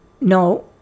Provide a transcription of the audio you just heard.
no